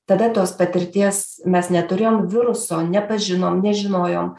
tada tos patirties mes neturėjom viruso nepažinom nežinojom